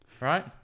Right